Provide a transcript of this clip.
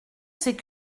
c’est